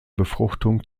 befruchtung